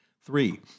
Three